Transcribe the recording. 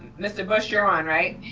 mr. bush you're on, right?